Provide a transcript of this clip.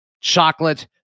chocolate